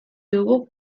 dugu